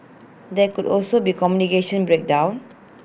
there could also be A communication breakdown